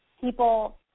people